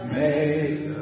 made